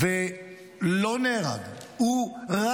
ולא נהרג, הוא "רק"